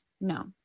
no